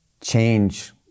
change